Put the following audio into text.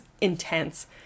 intense